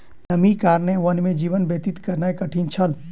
नमीक कारणेँ वन में जीवन व्यतीत केनाई कठिन छल